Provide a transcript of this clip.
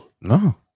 No